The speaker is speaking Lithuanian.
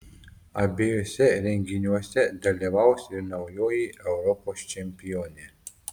abiejuose renginiuose dalyvaus ir naujoji europos čempionė